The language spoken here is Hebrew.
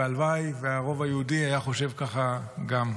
והלוואי שהרוב היהודי היה חושב ככה גם.